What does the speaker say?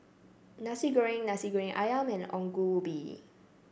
Nasi Goreng Nasi Goreng ayam and Ongol Ubi